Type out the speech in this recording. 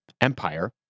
Empire